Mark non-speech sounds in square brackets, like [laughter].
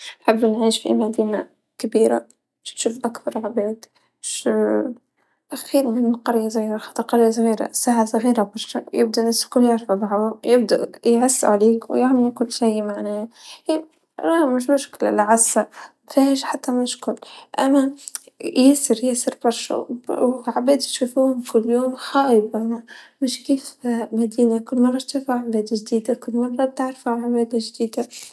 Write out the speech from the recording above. ما قد [hesitation] فكرت [hesitation] با-بالموضوع لكن أعتقد إنه كل ما كان وإله مميزاته إله عيوبه كقرية صغيرة هدوء ونظافة ونظام، مدينة الكبيرة التقدم والعمران، ما بعرف الصراحة مين بختار لكن أعتقد اني ابيهم الاثنين بنفس الوقت يعني ابي محل يجمع بين خصائص الاثنين.